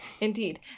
indeed